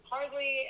Hardly